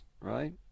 right